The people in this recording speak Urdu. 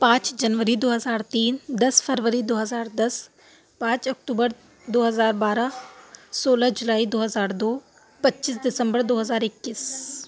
پانچ جنوری دو ہزار تین دس فروری دو ہزار دس پانچ اکتوبر دو ہزار بارہ سولہ جولائی دو ہزار دو پچیس دسمبر دو ہزار اکیس